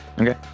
Okay